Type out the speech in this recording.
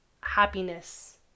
happiness